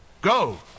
Go